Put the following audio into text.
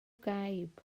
gaib